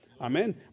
Amen